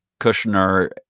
Kushner